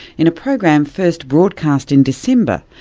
in a program first broadcast in december,